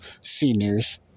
seniors